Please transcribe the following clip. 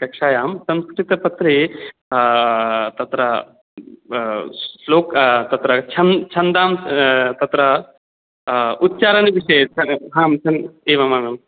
कक्ष्यायाम् संस्कृत पत्रे तत्र श्लोकः तत्र छन्दाम् तत्र उच्चारण विषये आम् एवम् एवम्